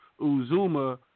Uzuma